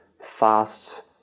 fast